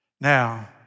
Now